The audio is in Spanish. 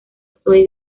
zoe